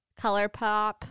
Colourpop